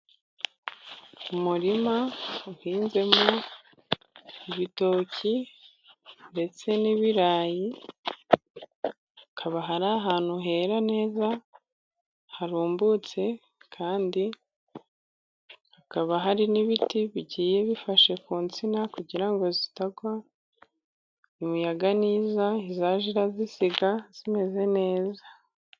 Umurima uhinzemo ibitoki ndetse n'ibirayi. Hakaba ari ahantu hera neza, harumbutse, kandi hakaba hari n'ibiti bigiye bifashe ku nsina kugira ngo zitagwa, imiyaga niza izajye irazisiga zimeze neza.